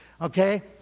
okay